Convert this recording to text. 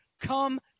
come